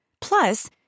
Plus